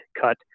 cut